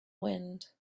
wind